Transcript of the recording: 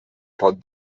pot